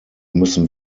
müssen